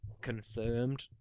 confirmed